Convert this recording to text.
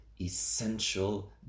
essential